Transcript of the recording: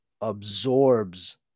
absorbs